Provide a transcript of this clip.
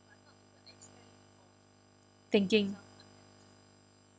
thinking